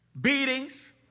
beatings